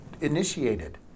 initiated